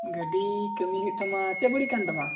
ᱜᱟᱹᱰᱤ ᱠᱟᱹᱢᱤ ᱦᱩᱭᱩᱜ ᱛᱟᱢᱟ ᱪᱮᱫ ᱵᱟᱹᱲᱤᱡ ᱟᱠᱟᱱ ᱛᱟᱢᱟ